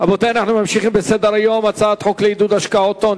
והספורט נתקבלה.